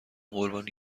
قربانی